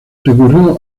recurrió